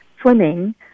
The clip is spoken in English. swimming